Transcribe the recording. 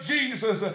Jesus